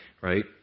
right